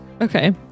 Okay